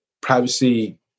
privacy